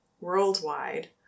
worldwide